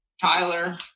Tyler